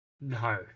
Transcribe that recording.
No